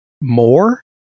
more